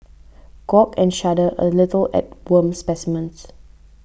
gawk and shudder a little at worm specimens